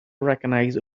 recognize